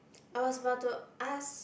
I was about to ask